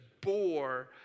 bore